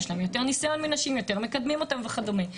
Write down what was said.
יש להם יותר נסיון מנשים יותר מקדמים אותם וכדומה.